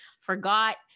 forgot